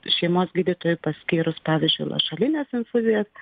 šeimos gydytojui paskyrus pavyzdžiui lašelines infuzijas